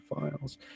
files